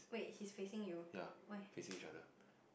ya facing each other